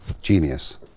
Genius